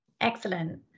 Excellent